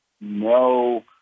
no